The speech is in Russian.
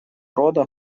рода